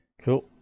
Cool